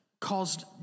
caused